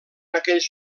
aquells